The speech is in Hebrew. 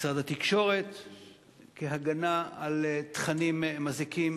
משרד התקשורת כהגנה על תכנים מזיקים,